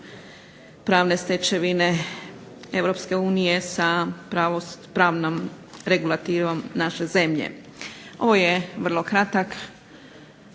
pravne stečevine Europske unije sa pravnom regulativom naše zemlje. Ovo je vrlo kratak